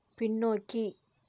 பின்னோக்கி